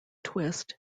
twist